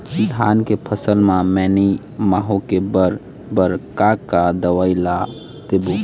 धान के फसल म मैनी माहो के बर बर का का दवई ला देबो?